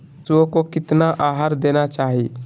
पशुओं को कितना आहार देना चाहि?